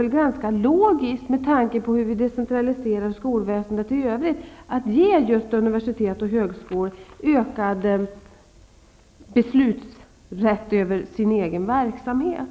Det vore logiskt, med tanke på hur vi decentraliserar skolväsendet i övrigt, att ge universitet och högskolor ökad beslutsrätt över sin egen verksamhet.